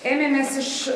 ėmėmės iš